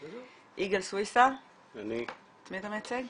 יגאל סויסה, את מי אתה מייצג?